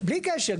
בלי קשר,